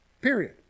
period